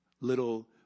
little